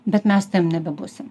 bet mes su tavim nebebūsim